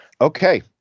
Okay